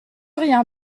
rien